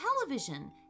television